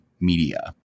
media